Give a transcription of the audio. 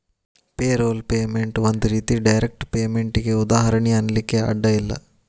payroll payment ಒಂದ್ ರೇತಿ direct ಪೇಮೆನ್ಟಿಗೆ ಉದಾಹರ್ಣಿ ಅನ್ಲಿಕ್ಕೆ ಅಡ್ಡ ಇಲ್ಲ